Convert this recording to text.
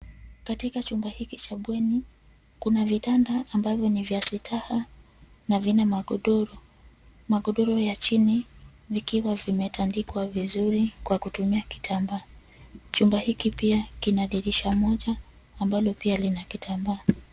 Katika chumba hiki cha bweni, kuna vitanda ambavyo ni vya sitaha na vina magodoro. Magodoro ya chini yameandikwa vizuri kwa kutumia kitamba. Chumba hiki pia kina dirisha moja, ambalo pia lina kitambaa.